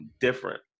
different